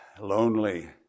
lonely